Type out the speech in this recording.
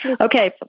Okay